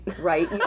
Right